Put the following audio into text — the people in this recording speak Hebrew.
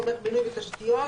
תומך בינוי ותשתיות,